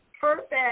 perfect